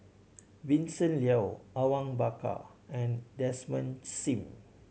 Vincent Leow Awang Bakar and Desmond Sim